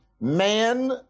Man